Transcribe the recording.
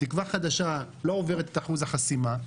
תקווה חדשה לא עוברת את אחוז החסימה.